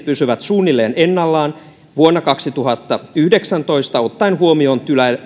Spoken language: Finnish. pysyvät suunnilleen ennallaan vuonna kaksituhattayhdeksäntoista ottaen huomioon